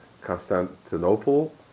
Constantinople